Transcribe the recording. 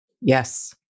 Yes